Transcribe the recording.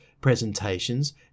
presentations